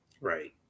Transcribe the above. Right